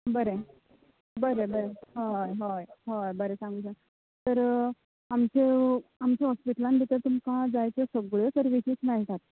बरें बरें बरें हय हय हय बरें सांग सांग तर आमचो आमच्या हॉस्पिटलांत भितर तुमका जाय त्यो सगळ्यो सर्विसीज मेळटात